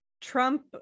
Trump